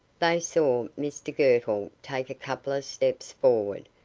they saw mr girtle take a couple of steps forward,